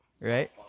Right